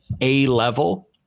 A-level